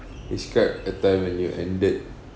describe a time when you ended